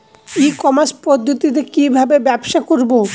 ই commerce পদ্ধতিতে কি ভাবে ব্যবসা করব?